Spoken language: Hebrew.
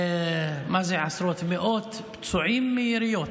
מה זה עשרות, מאות פצועים מיריות.